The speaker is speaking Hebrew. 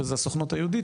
וזה הסוכנות היהודית,